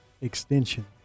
extension